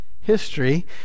history